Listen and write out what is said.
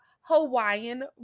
hawaiian